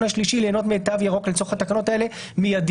השלישי ליהנות מתו ירוק לצורך התקנו ת אלה מיידית.